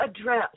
address